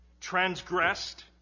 transgressed